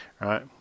right